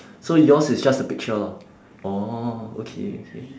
so yours is just a picture lah oh okay okay